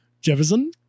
Jefferson